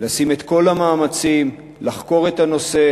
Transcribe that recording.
לעשות את כל המאמצים לחקור את הנושא,